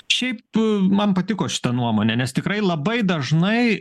šiaip man patiko šita nuomonė nes tikrai labai dažnai